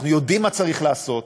אנחנו יודעים מה צריך לעשות,